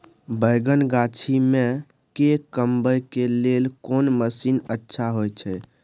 बैंगन गाछी में के कमबै के लेल कोन मसीन अच्छा होय छै?